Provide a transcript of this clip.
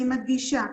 אני מדגישה.